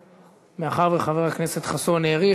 מאחר שחבר הכנסת חסון האריך,